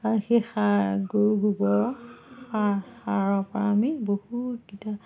আৰু সেই সাৰ গৰু গোবৰৰ সাৰ সাৰৰ পৰা আমি বহুতকিটা